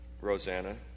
Rosanna